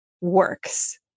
works